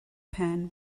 pan